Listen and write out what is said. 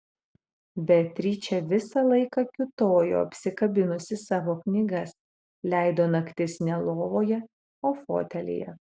beatričė visą laiką kiūtojo apsikabinusi savo knygas leido naktis ne lovoje o fotelyje